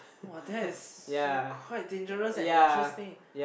!wah! that is quite dangerous and interesting